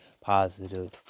positive